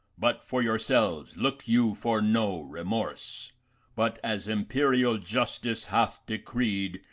but, for your selves, look you for no remorse but, as imperial justice hath decreed,